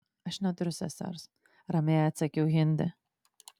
aš neturiu sesers ramiai atsakiau hindi